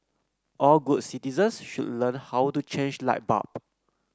all good citizens should learn how to change light bulb